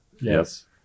Yes